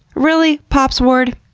really, pops ward?